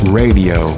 radio